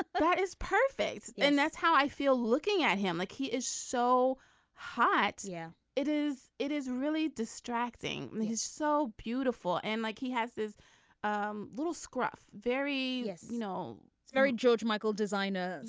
that is perfect. and that's how i feel looking at him like he is so hot. yeah it is. it is really distracting. he's so beautiful and like he has this um little scruff very yeah you know it's very george michael designer.